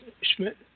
Schmidt